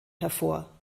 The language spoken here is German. hervor